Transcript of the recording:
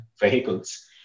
vehicles